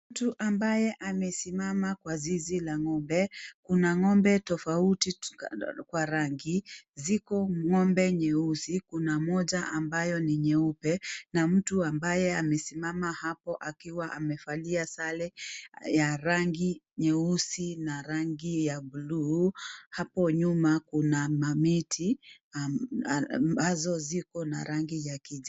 Mtu ambaye amesimama kwa zizi la ngombe. Kuna ngombe tofauti wa rangi, ziko ngombe nyeusi, kuna mmoja ambayo ni nyeupe na mtu ambaye amesimama hapo akiwa amevalia sare ya rangi nyeusi na rangi ya bluu. Hapo nyuma kuna mamiti ambazo ziko na rangi ya kijani.